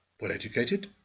well-educated